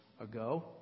ago